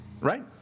right